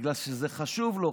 בגלל שזה חשוב לו.